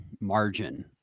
margin